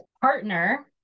partner